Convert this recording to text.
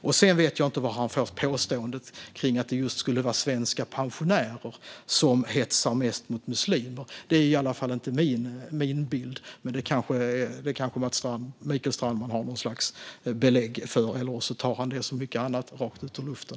Jag vet inte varifrån Mikael Strandman har fått det där om att det skulle vara just svenska pensionärer som hetsar mest mot muslimer. Det är inte min bild. Kanske har Mikael Strandman något belägg för detta eller så är det, som så mycket annat, gripet ur luften.